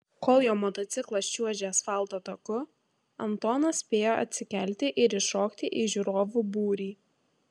kol jo motociklas čiuožė asfalto taku antonas spėjo atsikelti ir įšokti į žiūrovų būrį